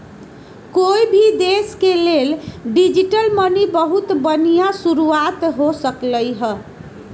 कोई भी देश के लेल डिजिटल मनी बहुत बनिहा शुरुआत हो सकलई ह